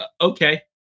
Okay